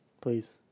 Please